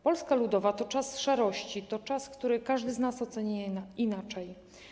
Polska Ludowa to czas szarości, to czas, który każdy z nas ocenia inaczej.